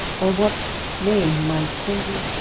by what name am i to call you?